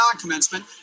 commencement